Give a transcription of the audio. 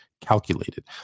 calculated